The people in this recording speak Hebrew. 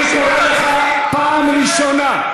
אני קורא אותך פעם ראשונה.